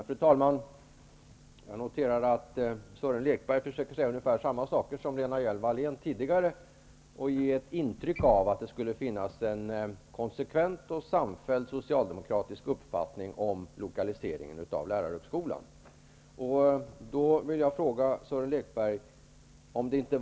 Fru talman! Jag noterar att Sören Lekberg försöker säga ungefär samma saker som tidigare Lena Hjelm-Wallén, och därmed ge intryck av att det skulle finnas en konsekvent och samfälld socialdemokratisk uppfattning om lokaliseringen av lärarhögskolan. Jag vill då fråga Sören Lekberg följande.